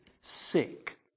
sick